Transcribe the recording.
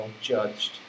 judged